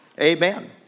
Amen